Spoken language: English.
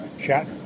chat